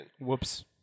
Whoops